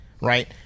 right